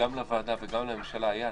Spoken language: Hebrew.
גם לוועדה וגם לממשלה, איל,